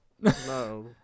No